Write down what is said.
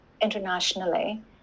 internationally